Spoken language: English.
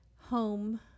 home